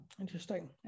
Interesting